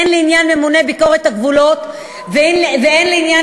הן לעניין ממונה ביקורת הגבול והן לעניין